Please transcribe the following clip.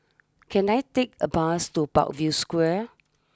can I take a bus to Parkview Square